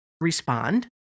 respond